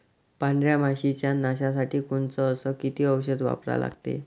पांढऱ्या माशी च्या नाशा साठी कोनचं अस किती औषध वापरा लागते?